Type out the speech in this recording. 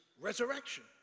resurrection